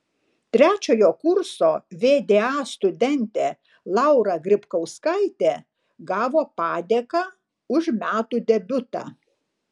trečiojo kurso vda studentė laura grybkauskaitė gavo padėką už metų debiutą